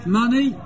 money